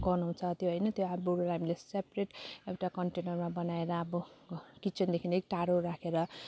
गन्हाउँछ त्यो होइन त्यो हामीले सेपरेट एउटा कन्टेनरमा बनाएर अब किचनदेखि अलिक टाढो राखेर